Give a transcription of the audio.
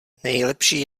nejlepší